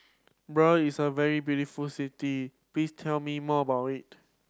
Bern is a very beautiful city please tell me more about it